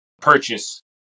purchase